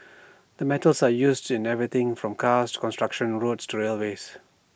the metals are used in everything from cars to construction roads to railways